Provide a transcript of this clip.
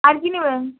আর কী নেবেন